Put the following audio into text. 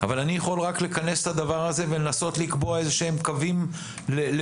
אבל אני יכול רק לכנס את הדבר הזה ולנסות לקבוע איזשהם קווים לפעולה.